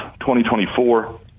2024